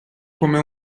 come